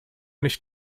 nicht